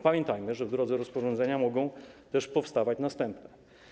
Pamiętajmy, że w drodze rozporządzenia mogą też powstawać następne.